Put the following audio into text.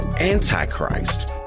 antichrist